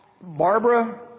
Barbara